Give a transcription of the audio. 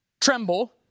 Tremble